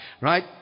Right